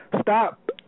Stop